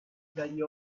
dagli